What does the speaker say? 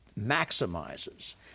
maximizes